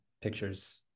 Pictures